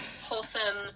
wholesome